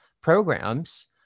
programs